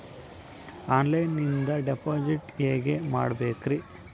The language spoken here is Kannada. ಆನ್ಲೈನಿಂದ ಡಿಪಾಸಿಟ್ ಹೇಗೆ ಮಾಡಬೇಕ್ರಿ?